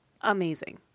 amazing